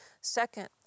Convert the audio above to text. Second